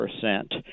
percent